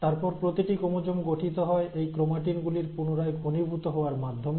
তারপর প্রতিটি ক্রোমোজোম গঠিত হয় এই ক্রোমাটিন গুলির পুনরায় ঘনীভূত হওয়ার মাধ্যমে